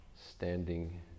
standing